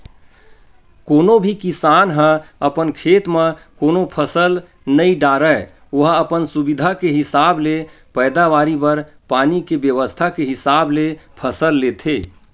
कोनो भी किसान ह अपन खेत म कोनो फसल नइ डारय ओहा अपन सुबिधा के हिसाब ले पैदावारी बर पानी के बेवस्था के हिसाब ले फसल लेथे